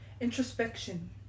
Introspection